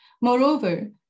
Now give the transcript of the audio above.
Moreover